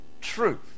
truth